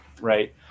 right